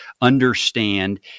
understand